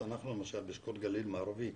למשל אנחנו באשכול גליל מערבי,